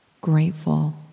grateful